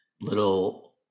little